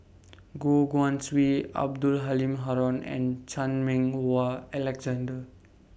Goh Guan Siew Abdul Halim Haron and Chan Meng Wah Alexander